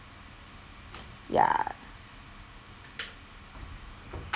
ya